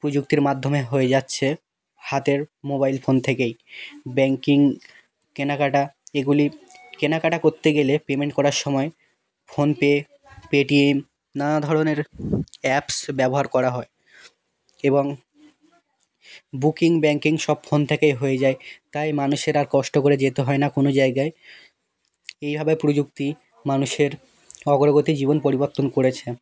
প্রযুক্তির মাধ্যমে হয়ে যাচ্ছে হাতের মোবাইল ফোন থেকেই ব্যাঙ্কিং কেনাকাটা এগুলির কেনাকাটা করতে গেলে পেমেন্ট করার সময় ফোনপে পেটিএম নানা ধরনের অ্যাপস ব্যবহার করা হয় এবং বুকিং ব্যাঙ্কিং সব ফোন থেকেই হয়ে যায় তাই মানুষের আর কষ্ট করে যেতে হয় না কোনো জায়গায় এইভাবে প্রযুক্তি মানুষের অগ্রগতি জীবন পরিবর্তন করেছে